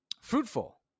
fruitful